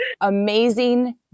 amazing